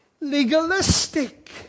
legalistic